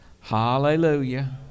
Hallelujah